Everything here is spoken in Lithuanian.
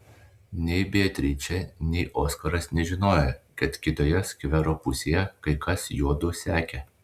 nei beatričė nei oskaras nežinojo kad kitoje skvero pusėje kai kas juodu sekė